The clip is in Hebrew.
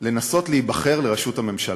לנסות להיבחר לראשות הממשלה.